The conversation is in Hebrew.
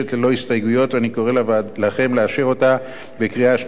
אני קורא לכם לאשר את הצעת החוק בקריאה השנייה ובקריאה השלישית.